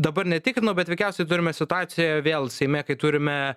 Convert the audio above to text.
dabar netikrinau bet veikiausiai turime situaciją vėl seime kai turime